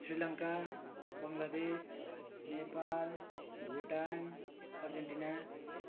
Sri Lanka Bangladesh Nepal Bhutan Argentina